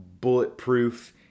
bulletproof